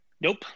Nope